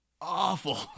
awful